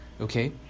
okay